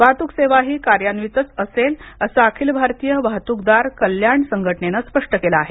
वाहतूक सेवाही कार्यान्वितच असेल असं अखिल भारतीय वाहतूकदार कल्याण संघटनेनं स्पष्ट केलं आहे